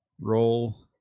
roll